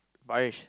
Parish